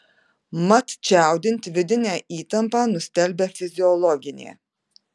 mat čiaudint vidinę įtampą nustelbia fiziologinė